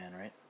right